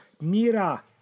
Mira